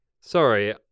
sorry